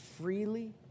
freely